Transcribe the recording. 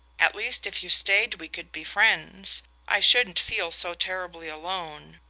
at least if you stayed we could be friends i shouldn't feel so terribly alone.